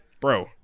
Bro